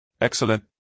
Excellent